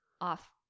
off